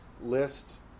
list